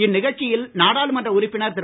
இந்நிகழ்ச்சியில் நாடாளுமன்ற உறுப்பினர் திரு